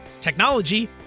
technology